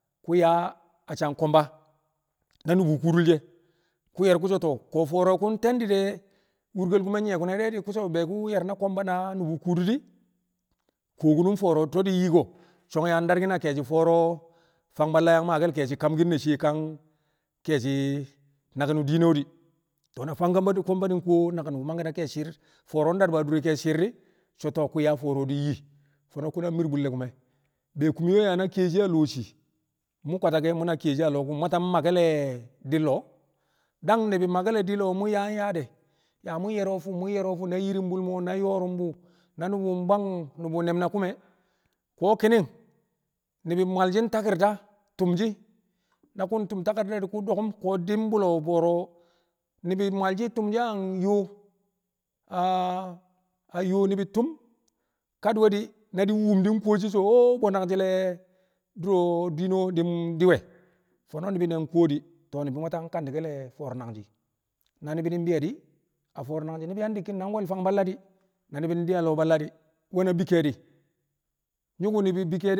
Ku̱ yaa a sang ko̱mba na nu̱bu̱ kuudul she̱ ku̱ ye̱r ku̱ so̱ to̱o̱ ko̱ fo̱o̱ro̱ ku̱ te̱ndi̱ de̱ wurkol ku̱me̱ nyi̱ye̱ ku̱ne̱ de̱ di̱ ku̱ so̱ be ku̱ ye̱r na ko̱mba na nu̱bu̱ kuudu di̱ ku̱ kuwo ku̱nu̱n fo̱o̱ro̱ to̱o̱ di̱ yi ko̱ song yang dakki̱n a ke̱e̱shi̱ fo̱o̱ro̱ o fang balla yang maake̱l ke̱e̱shi̱ kamki̱n ne̱ shiye ka ke̱e̱shi̱ naki̱n wu̱ diino di̱. To̱o̱ na fang ko̱mba- ko̱mba nkuwo naki̱n wu̱ mangke̱ na ke̱e̱shi̱ shi̱ɪr fo̱o̱ro̱ ndad bu̱ a dure ke̱e̱shi̱ shi̱i̱r di̱ so̱ to̱o̱ ku̱ yaa fo̱o̱re̱ wu̱ di̱ yi. Fo̱no̱ ku̱ na mi̱r bu̱lle̱ ku̱me̱ be̱e̱ kumyo yaa na kiyeshi a lo̱o̱ shii mu̱ kwatakẹ mu̱na kiyeshii a lo̱o̱ ku̱m mwata mma ke̱l le̱ di lo̱o̱. Dang ni̱bi̱ maake̱l di lo̱o̱ mu̱ yaa yaa de̱ yaa mu̱ ye̱r ro fu mu̱ ye̱r ro̱ fu na yi̱ri̱mbu̱l mo̱ na yọo̱ru̱mbu̱ na ni̱bi̱ bwang ne̱m na ku̱m e̱ ko̱ ki̱ni̱ng ni̱bi̱ mwalshi̱n takirta ntu̱mshi̱ na ku̱ tu̱m takirta di̱ ku̱ do̱ku̱m ko̱ di̱ bu̱lo̱ fo̱o̱ro̱ ni̱bi̱ mwalshi̱ tu̱mshi̱ a yo a yo ni̱bi̱ tu̱m kadi̱we̱ di̱ na di̱ wu̱bshi̱ nkuwo di̱ so̱ o-- bo̱ nangji̱ le̱ du̱ro̱ diino di̱ di̱ we̱ fo̱no̱ na ni̱bi̱ di̱ kuwo di̱ tọo̱ ni̱bi̱ mwata kati̱ke̱l fo̱o̱r nangji̱ ni̱bi̱ di̱ bi̱yo̱ di̱ fo̱o̱r nangji̱ yang dikkin na fang balla di̱ na ni̱bi̱ ndi a lọo̱ balla di̱ we̱na bi kẹe̱di̱ nyu̱ku̱ ni̱bi̱ bi kẹe̱di̱.